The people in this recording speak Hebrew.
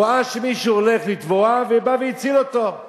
ראה שמישהו הולך לטבוע ובא והציל אותו.